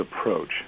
approach